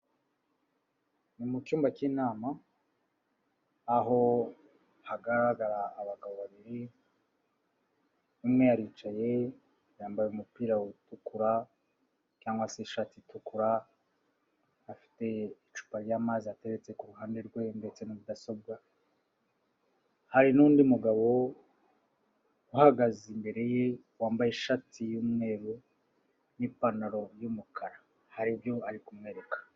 Ni mu cyumba cy'inama aho hagaragara abagabo babiri, umwe aricaye yambaye umupira utukura cyangwa se ishati itukura, afite icupa ry'amazi ateretse ku ruhande rwe ndetse na mudasobwa, hari n'undi mugabo uhagaze imbere ye wambaye ishati y'umweru n'ipantaro y'umukara. Hari ibyo ari kumwereka.